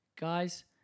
Guys